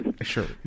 Sure